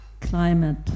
climate